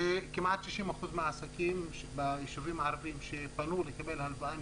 כמעט 60% מהעסקים ביישובים הערבים שפנו לקבל הלוואה,